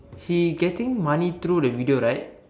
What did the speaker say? he getting money through the video right